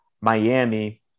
Miami